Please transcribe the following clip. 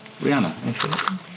Rihanna